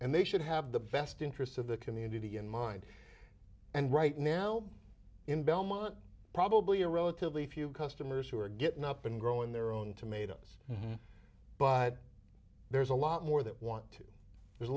and they should have the best interests of the community in mind and right now in belmont probably a relatively few customers who are getting up and growing their own tomatoes but there's a lot more that want to there's a